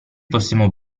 possiamo